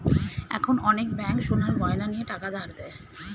এখন অনেক ব্যাঙ্ক সোনার গয়না নিয়ে টাকা ধার দেয়